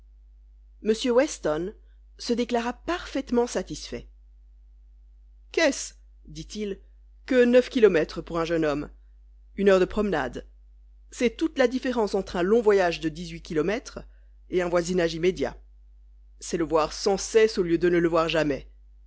m weston se déclara parfaitement satisfait qu'est-ce dit-il que neuf kilomètres pour un jeune homme une heure de promenade c'est toute la différence entre un long voyage de dix-huit kilomètres et un voisinage immédiat c'est le voir sans cesse au lieu de ne le voir jamais